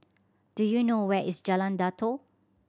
do you know where is Jalan Datoh